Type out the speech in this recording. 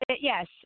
yes